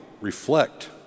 reflect